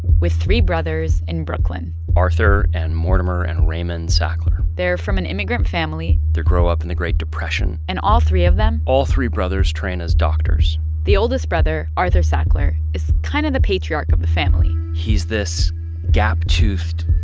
with three brothers in brooklyn arthur and mortimer and raymond sackler they're from an immigrant family they're grow up in the great depression and all three of them. all three brothers train as doctors the oldest brother, arthur sackler, is kind of the patriarch of the family he's this gap-toothed,